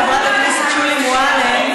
חברת הכנסת שולי מועלם,